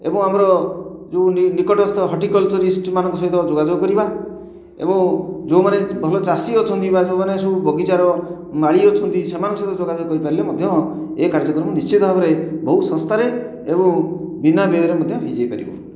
ଏବଂ ଆମର ଯେଉଁ ନିକଟସ୍ଥ ହଟିକଲଚରଇଷ୍ଟ ମାନଙ୍କ ସହ ଯୋଗାଯୋଗ କରିବା ଏବଂ ଯେଉଁମାନେ ଭଲ ଚାଷୀ ଅଛନ୍ତି ବା ଯେଉଁମାନେ ସବୁ ବଗିଚାର ମାଳି ଅଛନ୍ତି ସେମାନଙ୍କ ସହ ଯୋଗାଯୋଗ କରିପାରିଲେ ମଧ୍ୟ ଏହି କାର୍ଯ୍ୟକ୍ରମ ନିଶ୍ଚିତ ଭାବରେ ବହୁତ ଶସ୍ତାରେ ଏବଂ ବିନା ବ୍ୟୟରେ ମଧ୍ୟ ହୋଇଯାଇପାରିବ